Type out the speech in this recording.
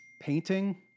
painting